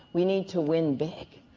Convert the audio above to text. we need to win big.